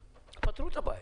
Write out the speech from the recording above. פתרו את הבעיה.